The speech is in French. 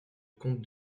compte